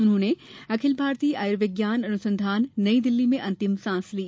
उन्होंने अखिल भारतीय आयुर्विज्ञान अनुसंधान नई दिल्ली में अंतिम सांस ली